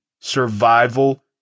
Survival